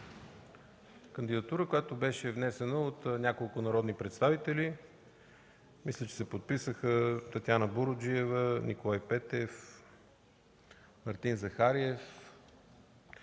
Чолаков, която беше внесена от няколко народни представители. Мисля, че се подписаха Татяна Буруджиева, Николай Петев, Мартин Захариев,